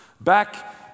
Back